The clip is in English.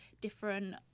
different